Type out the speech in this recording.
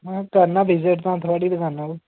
आं करना विजिट तां थुआढ़ी दुकाना उप्पर